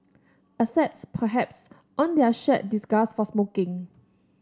except perhaps on their shared disgust for smoking